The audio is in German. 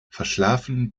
verschlafen